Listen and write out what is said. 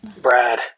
Brad